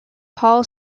paul